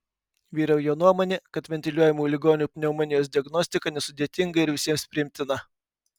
vyrauja nuomonė kad ventiliuojamų ligonių pneumonijos diagnostika nesudėtinga ir visiems priimtina